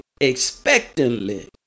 expectantly